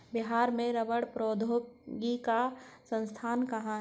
बिहार में रबड़ प्रौद्योगिकी का संस्थान कहाँ है?